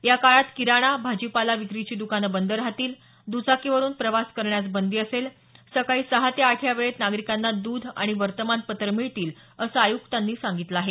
या काळात किराणा भाजीपाला विक्रीची दुकानं बंद राहतील दुचाकीवरुन प्रवास करण्यास बंदी असेल सकाळी सहा ते आठ या वेळेत नागरिकांना द्ध आणि वर्तमानपत्र मिळतील असं आयुक्तांनी सांगितलं आहे